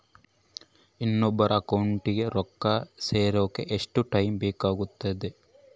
ಇನ್ನೊಬ್ಬರ ಅಕೌಂಟಿಗೆ ರೊಕ್ಕ ಸೇರಕ ಎಷ್ಟು ಟೈಮ್ ಬೇಕಾಗುತೈತಿ?